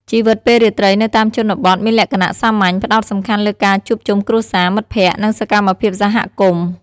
ជីវិតពេលរាត្រីនៅតាមជនបទមានលក្ខណៈសាមញ្ញ ផ្ដោតសំខាន់លើការជួបជុំគ្រួសារ មិត្តភក្តិ និងសកម្មភាពសហគមន៍។